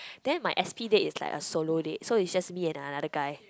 then my S_P date is like a solo date so it's just me and another guy